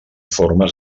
formes